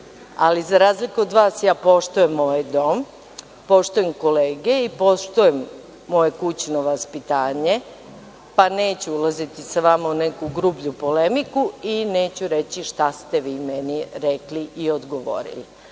ali za razliku od vas ja poštujem ovaj dom, poštujem kolege i poštujem moje kućno vaspitanje pa neću ulaziti sa vama u neku grublju polemiku i neću reći šta ste vi meni rekli i odgovorili.